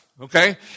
Okay